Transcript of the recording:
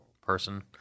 person –